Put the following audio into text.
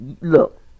Look